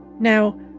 Now